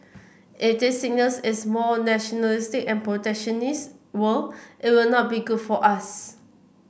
if this signals is more nationalistic and protectionist world it will not be good for us